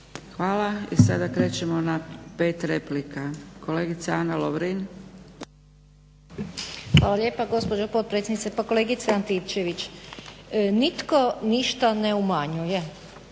Hvala. Sada krećemo na pet replika. Kolegica Ana Lovrin. **Lovrin, Ana (HDZ)** Hvala lijepa gospođo potpredsjednice. Pa kolegice Antičević, nitko ništa ne umanjuje.